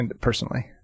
personally